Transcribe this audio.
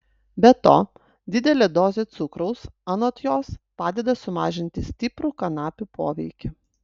be to didelė dozė cukraus anot jos padeda sumažinti stiprų kanapių poveikį